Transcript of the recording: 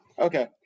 Okay